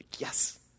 Yes